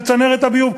של צנרת הביוב,